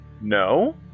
no